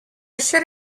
should